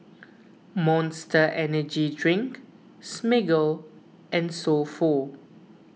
Monster Energy Drink Smiggle and So Pho